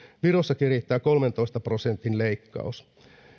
virossakin riittää kolmentoista prosentin leikkaus